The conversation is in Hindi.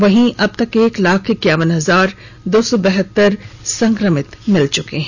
वहीं अबतक एक लाख इक्याबन हजार दो सौ बहतर संक्रमित मिल चुके हैं